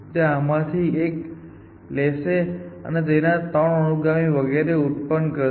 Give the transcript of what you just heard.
તે આમાંથી એક લેશે અને તેના ૩ અનુગામી વગેરે ઉત્પન્ન કરશે